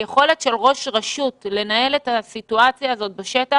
היכולת של ראש רשות לנהל את הסיטואציה הזאת בשטח,